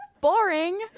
Boring